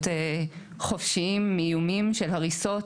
להיות חופשיים מאיומים של הריסות,